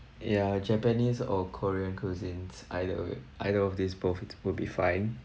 ya japanese or korean cuisines either of either of these both it will be fine